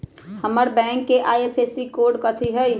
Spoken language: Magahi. हमर बैंक के आई.एफ.एस.सी कोड कथि हई?